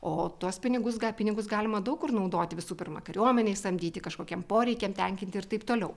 o tuos pinigus ga pinigus galima daug kur naudoti visų pirma kariuomenei samdyti kažkokiem poreikiam tenkinti ir taip toliau